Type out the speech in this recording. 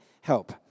Help